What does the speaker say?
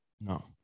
No